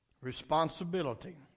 responsibility